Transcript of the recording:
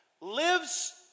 lives